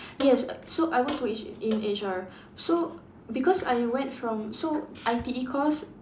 yes so I want to H in H_R so because I went from so I_T_E course